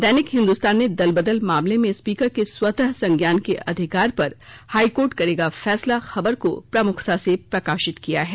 दैनिक हिंदुस्तान ने दलबदल मामले में स्पीकर के स्वतः संज्ञान के अधिकार पर हाईकोर्ट करेगा फैसला खबर को प्रमुखता से प्रकाशित किया है